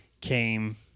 came